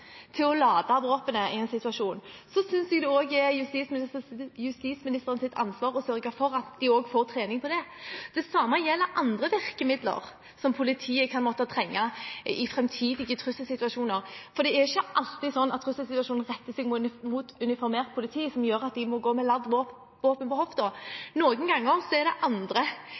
til å lade våpenet i en situasjon, synes jeg det er justisministerens ansvar å sørge at de får trening i det. Det samme gjelder andre virkemidler som politiet måtte trenge i framtidige trusselsituasjoner. For det er ikke alltid sånn at trusselsituasjonen retter seg mot uniformert politi, som gjør at de må gå med ladd våpen på hofta.